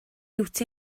liwt